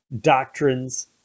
doctrines